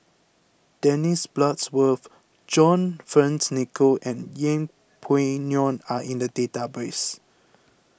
Dennis Bloodworth John Fearns Nicoll and Yeng Pway Ngon are in the database